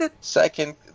Second